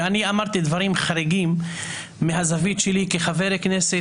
ואני אמרתי דברים חריגים מהזווית שלי כחבר כנסת